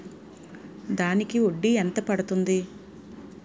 దానికి వడ్డీ ఎంత పడుతుంది?